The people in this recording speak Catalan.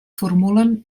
formulen